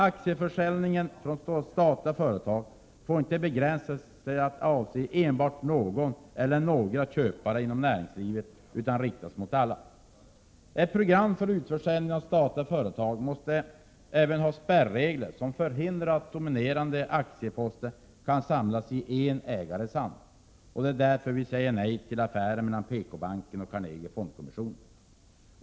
Aktieförsäljningen från statliga företag får inte begränsas till att avse enbart någon eller några köpare inom näringslivet utan riktas mot alla. Ett program för utförsäljning av statliga företag måste även ha spärregler, som hindrar att dominerande aktieposter kan samlas i en ägares hand. Det är därför vi säger nej till affären mellan PKbanken och Carnegie Fondkommission.